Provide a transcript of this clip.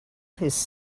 his